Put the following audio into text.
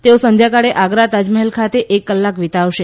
તેઓ સંધ્યાકાળે આગ્રા તાજમહલ ખાતે એક કલાક વીતાવશે